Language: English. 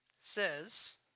says